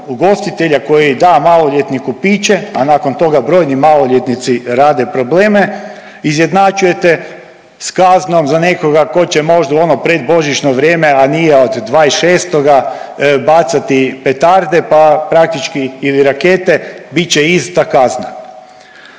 ugostitelja koji da maloljetniku piće, a nakon toga brojni maloljetnici rade probleme, izjednačujete s kaznom za nekoga tko će možda u ono predbožićno vrijeme, a nije od 26. bacati petarde pa praktički, ili rakete, bit će ista kazna.